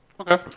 Okay